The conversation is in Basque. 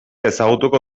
ezagutuko